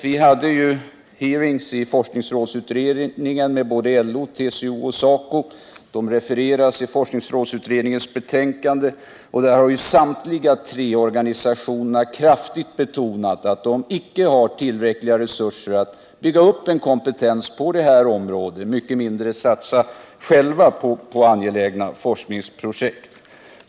Vi hade hearings i forskningsrådsutredningen med LO, TCO och SACO. Dessa hearings refereras i forskarrådsutredningens betänkande. Det framgår där att samtliga tre organisationer kraftigt betonat att de icke har tillräckliga resurser att bygga upp en kompetens på detta område och än mindre att själva satsa på angelägna forskningsprojekt.